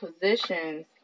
positions